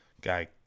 guy